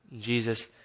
Jesus